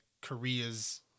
Korea's